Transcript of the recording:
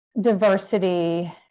diversity